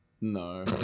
No